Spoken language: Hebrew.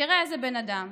ותראה איזה בן אדם,